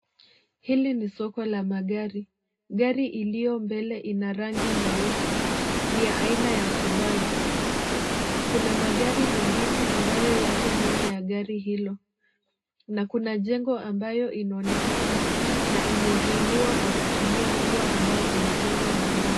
Hili ni soko la magari. Gari iliyo mbele ina rangi nyeusi. Ni ya aina ya Subaru. Kuna magari mengine ambayo yako nyuma ya gari hilo na kuna jengo ambayo inaonekana na imezuiliwa kwa kutumia ua ambao imejengwa na mawe.